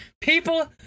People